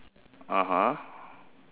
(uh huh)